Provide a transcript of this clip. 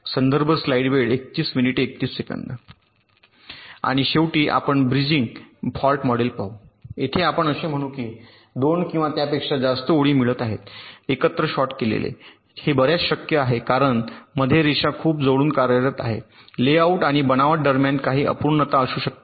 आणि शेवटी आपण ब्रिजिंग फॉल्ट मॉडेल पाहू येथे आपण असे म्हणू की 2 किंवा त्यापेक्षा जास्त ओळी मिळत आहेत एकत्र शॉर्ट केलेले हे बर्याच शक्य आहे कारण मध्ये मध्ये रेषा खूप जवळून कार्यरत आहेत लेआउट आणि बनावट दरम्यान काही अपूर्णता असू शकतात